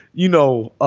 you know, ah